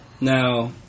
Now